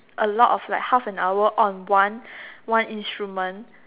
a lot of like half an hour on one one instrument